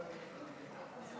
ההצעה